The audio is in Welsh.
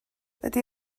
ydy